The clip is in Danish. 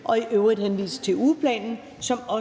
i øvrigt henvise til ugeplanen,